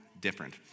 different